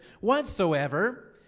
whatsoever